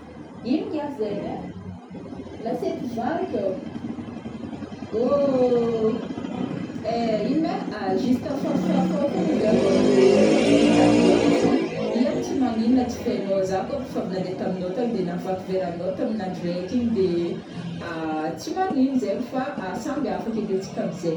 Ino ngiahy zaigny ai, lasety vaky ô, ooohh ino mai juste faf-fafao fogna izy akao de ataovo amin'tanindraiky fogn, io aby tsy magnino na tsy ifainao fa zah kao aby favy nandeha taminao tagn de nahavaky veranao tamin'andro raiky igny de ah tsy magnino zaigny fa samby afaka edy antsika amzaign.